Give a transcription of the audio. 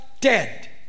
dead